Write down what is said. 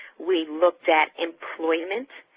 we've looked at employment,